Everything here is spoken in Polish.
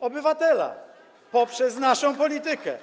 obywatela poprzez naszą politykę.